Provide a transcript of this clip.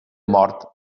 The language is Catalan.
mort